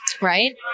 right